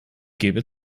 gebe